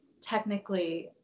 technically